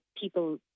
people